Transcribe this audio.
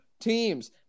teams